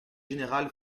général